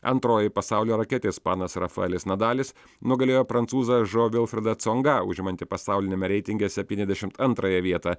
antroji pasaulio raketė ispanas rafaelis nadalis nugalėjo prancūzą žo vilfredą congą užimantį pasauliniame reitinge septyniasdešim antrąją vietą